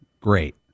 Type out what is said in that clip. great